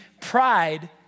pride